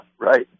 right